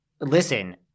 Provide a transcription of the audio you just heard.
Listen